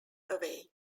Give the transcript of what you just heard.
away